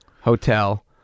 Hotel